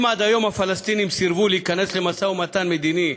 אם עד היום הפלסטינים סירבו להיכנס למשא-ומתן מדיני,